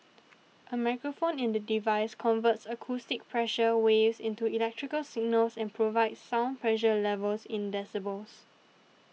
a microphone in the device converts acoustic pressure waves into electrical signals and provides sound pressure levels in decibels